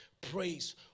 praise